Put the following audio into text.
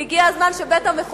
והגיע הזמן שבית-המחוקקים